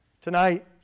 Tonight